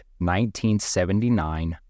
1979